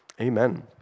Amen